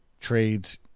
trades